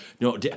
no